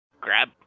grab